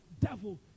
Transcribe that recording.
devil